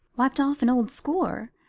wiped off an old score?